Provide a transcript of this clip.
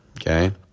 okay